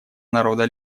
народа